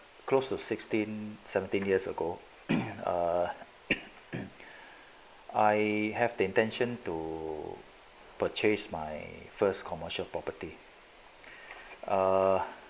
close to sixteen seventeen years ago err I have the intention to purchase my first commercial property err